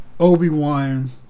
Obi-Wan